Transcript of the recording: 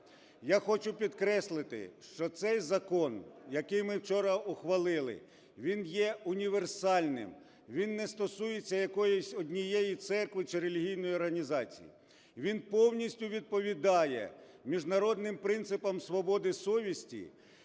Я хочу підкреслити, що цей закон, який ми вчора ухвалили, він є універсальним, він не стосується якоїсь однієї церкви чи релігійної організації, він повністю відповідає міжнародним принципам свободи совісті,